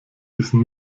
diesen